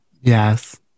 Yes